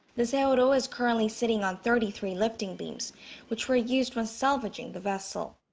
the sewol-ho is currently sitting on thirty three lifting beams which were used when salvaging the vessel.